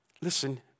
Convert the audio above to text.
listen